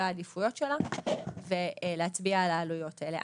העדיפויות שלה ולהצביע על העלויות האלה.